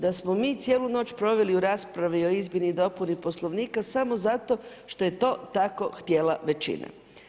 Da smo mi cijelu noć proveli u raspravi o Izmjeni i dopuni Poslovnika samo zato što je to tako htjela većina.